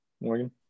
morgan